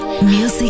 Music